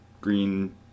green